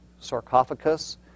sarcophagus